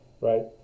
Right